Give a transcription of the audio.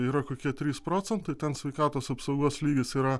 yra kokie trys procentai ten sveikatos apsaugos lygis yra